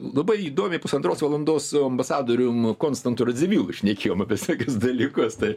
labai įdomiai pusantros valandos su ambasadorium konstantu radzivil šnekėjom apie visokius dalykus tai